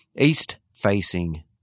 East-facing